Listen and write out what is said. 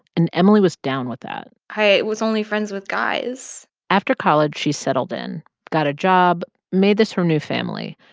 and emily was down with that i was only friends with guys after college, she settled in, got a job, made this her new family.